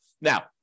Now